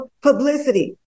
publicity